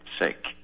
sick